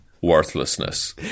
Worthlessness